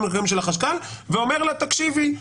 לכללים של החשכ"ל ואומר לה: תקשיבי,